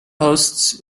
hosts